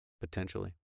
potentially